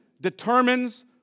determines